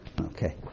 Okay